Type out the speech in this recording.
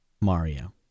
Mario